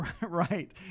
Right